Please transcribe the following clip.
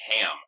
Ham